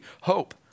Hope